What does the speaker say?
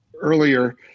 Earlier